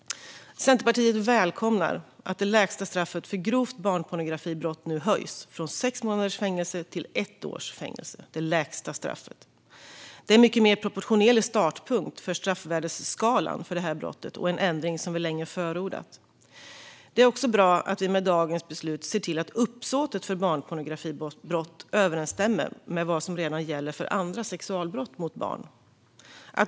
Centerpartiet välkomnar att det lägsta straffet för grovt barnpornografibrott nu höjs från sex månaders fängelse till ett års fängelse, som blir det lägsta straffet. Det är en mer proportionerlig startpunkt för straffvärdesskalan för det här brottet, och det är en ändring som vi länge har förordat. Det är också bra att vi med dagens beslut ser till att uppsåtet för barnpornografibrott överensstämmer med vad som redan gäller för andra sexualbrott mot barn.